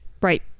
Right